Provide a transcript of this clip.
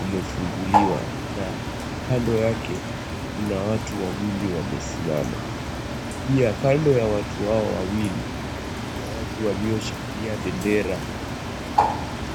umefunguliwa na kando yake kuna watu wawili wamesimama. Pia kando ya watu hao wawili, kuna watu walioshikilia bendera.